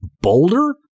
Boulder